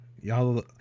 y'all